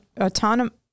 autonomous